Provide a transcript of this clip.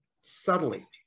subtly